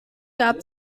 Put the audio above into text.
gab